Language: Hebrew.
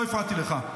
לא הפרעתי לך.